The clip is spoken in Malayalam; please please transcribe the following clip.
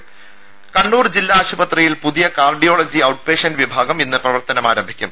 ടെട കണ്ണൂർ ജില്ലാ ആശുപത്രിയിൽ പുതിയ കാർഡിയോളജി ഔട്ട് പേഷ്യന്റ് വിഭാഗം ഇന്ന് പ്രവർത്തനം ആരംഭിക്കും